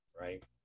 right